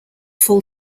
full